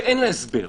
חסרת הסבר.